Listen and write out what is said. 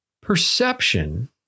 perception